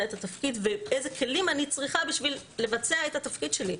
את התפקיד ואילו כלים אני צריכה בשביל לבצע את התפקיד שלי.